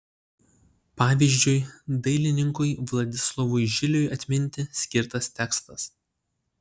pavyzdžiui dailininkui vladislovui žiliui atminti skirtas tekstas